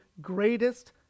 greatest